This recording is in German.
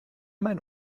mein